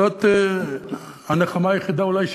זאת הנחמה היחידה אולי שיש,